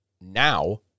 now